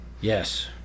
Yes